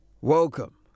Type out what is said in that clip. Welcome